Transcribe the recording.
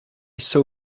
saw